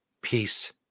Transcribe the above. peace